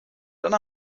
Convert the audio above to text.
dann